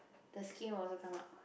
the skin will also come out